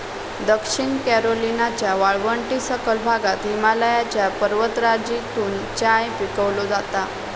दक्षिण कॅरोलिनाच्या वाळवंटी सखल भागात हिमालयाच्या पर्वतराजीतून चाय पिकवलो जाता